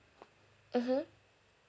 mmhmm